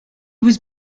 was